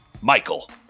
Michael